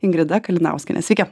ingrida kalinauskiene sveiki